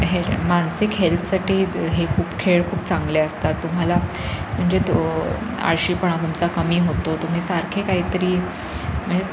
हे मानसिक हेल्थसाठी हे खूप खेळ खूप चांगले असतात तुम्हाला म्हणजे तो अळशीपणा तुमचा कमी होतो तुम्ही सारखे काही तरी म्हणजे